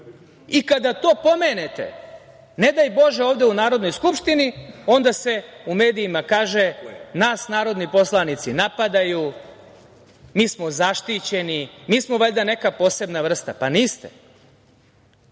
odluke. Kada to pomenete, ne daj Bože ovde u Narodnoj skupštini, onda se u medijima kaže, nas narodni poslanici napadaju, mi smo zaštićeni. Mi smo valjda neka posebna vrsta, pa niste.